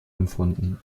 empfunden